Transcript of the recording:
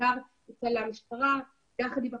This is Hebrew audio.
בעיקר אצל המשטרה ביחד עם הפרקליטות,